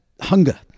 hunger